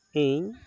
ᱤᱧ